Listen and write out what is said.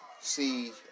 see